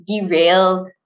derailed